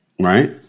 Right